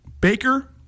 Baker